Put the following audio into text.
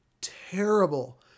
terrible